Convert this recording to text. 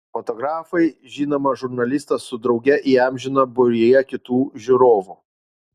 fotografai žinomą žurnalistą su drauge įamžino būryje kitų žiūrovų